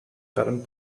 current